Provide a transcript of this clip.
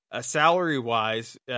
salary-wise